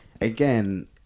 again